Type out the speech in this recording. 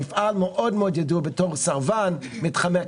מפעל שמאוד ידוע בתור סרבן מתחמק,